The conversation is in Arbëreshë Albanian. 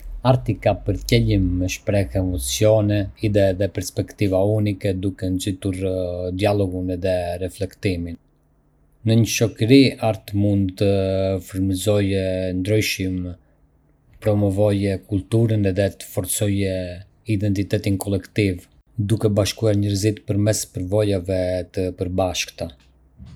Arti ka për qëllim me shprehë emocione, ide edhe perspektiva unike, duke nxitur dialogun edhe reflektimin. Në një shoqëri, arti mund të frymëzojë ndryshim, të promovojë kulturën edhe të forcojë identitetin kolektiv, duke bashkuar njerëzit përmes përvojave të përbashkëta.